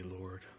Lord